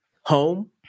home